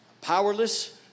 powerless